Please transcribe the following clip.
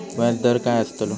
व्याज दर काय आस्तलो?